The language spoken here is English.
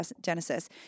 Genesis